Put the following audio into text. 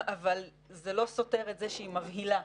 אבל זה לא סותר את זה שהיא מבהילה.